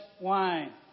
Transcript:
wine